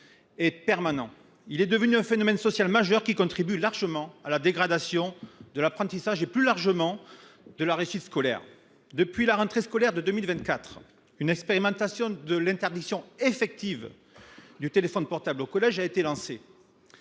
permanent. Il est devenu un phénomène social majeur, qui contribue en grande partie à la dégradation des apprentissages et, plus largement, de la réussite scolaire. À la rentrée de septembre 2024, une expérimentation de l’interdiction effective du téléphone portable au collège a été lancée.